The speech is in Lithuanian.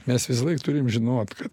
mes visąlaik turim žinot kad